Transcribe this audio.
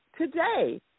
Today